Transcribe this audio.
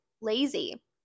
lazy